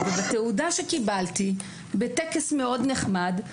בתעודה שקיבלתי בטקס נחמד מאוד,